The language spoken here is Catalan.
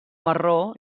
marró